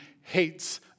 hates